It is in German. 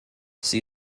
sie